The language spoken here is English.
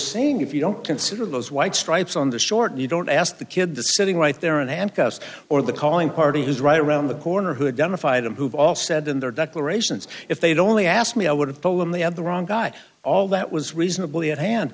saying if you don't consider those white stripes on the short you don't ask the kids sitting right there in handcuffs or the calling party who's right around the corner who had done the fight and who have all said in their declarations if they'd only asked me i would have told them they have the wrong guy all that was reasonably at hand